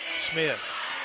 Smith